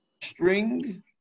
string